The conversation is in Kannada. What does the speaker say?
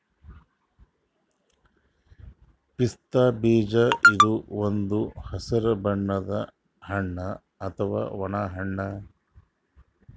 ಪಿಸ್ತಾ ಬೀಜ ಇದು ಒಂದ್ ಹಸ್ರ್ ಬಣ್ಣದ್ ಹಣ್ಣ್ ಅಥವಾ ಒಣ ಹಣ್ಣ್